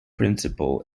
principle